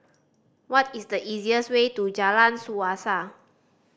what is the easiest way to Jalan Suasa